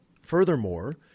Furthermore